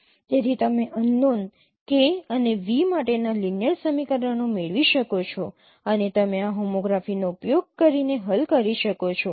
તેથી તમે unknown k અને v માટેના લિનિયર સમીકરણો મેળવી શકો છો અને તમે આ હોમોગ્રાફીનો ઉપયોગ કરીને હલ કરી શકો છો